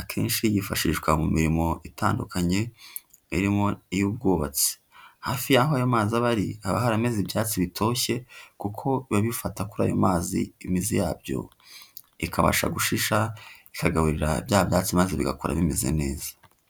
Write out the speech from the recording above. akenshi yifashishwa mu mirimo itandukanye irimo iy'ubwubatsi, hafi y'aho ayo mazi aba ari haba harameze ibyatsi bitoshye kuko bibafata kuri ayo mazi, imizi yabyo ikabasha gushisha ikagaburira bya byatsi maze bigakura bimeze neza.